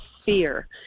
fear